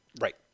Right